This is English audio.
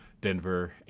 Denver